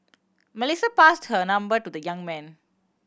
Melissa passed her number to the young man